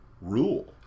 rule